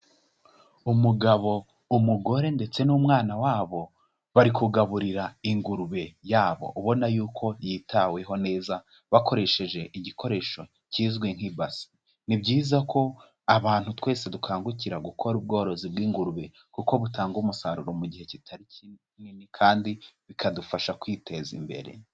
Umugabo, umugore ndetse n'umwana wabo bari kugaburira ingurube yabo, ubona yuko yitaweho neza bakoresheje igikoresho kizwi nk'ibasi. Ni byiza ko abantu twese dukangukira gukora ubworozi bw'ingurube kuko butanga umusaruro mu gihe kitari kunini kandi bikadufasha kwiteza imbere.